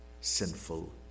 sinful